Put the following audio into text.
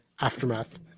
Aftermath